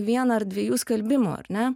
vieną ar dviejų skalbimų ar ne